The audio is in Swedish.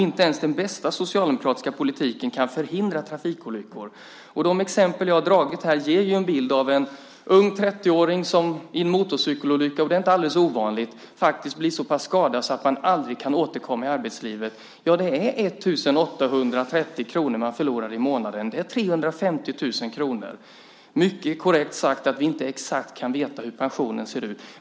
Inte ens den bästa socialdemokratiska politik kan förhindra trafikolyckor. De exempel jag tagit här ger bilden av en ung 30-åring som vid en motorcykelolycka - detta är inte alldeles ovanligt - faktiskt blir så pass skadad att det aldrig går att återkomma till arbetslivet. Ja, det är 1 830 kr man förlorar varje månad. Det blir totalt 350 000 kr. Det är mycket korrekt att vi inte exakt kan veta hur pensionen ser ut.